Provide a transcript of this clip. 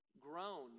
grown